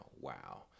Wow